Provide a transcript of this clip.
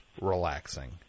relaxing